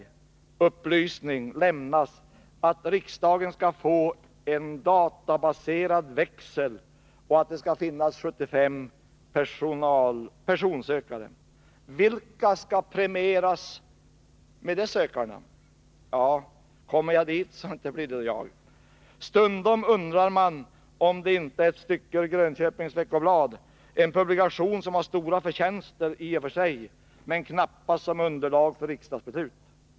— lugnande upplysning lämnas att riksdagen skall få en databaserad telefonväxel och att det skall finnas 75 personsökare. Vilka skall premieras med de sökarna? Ja, kommer jag dit, så inte blir det väl jag. Stundom undrar man om inte detta är ett stycke ur Grönköpings Veckoblad — en publikation som har stora förtjänster i och för sig, men knappast som underlag för riksdagsbeslut.